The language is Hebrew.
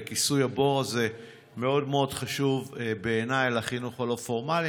וכיסוי הבור הזה מאוד מאוד חשוב בעיניי לחינוך הלא-פורמלי.